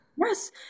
Yes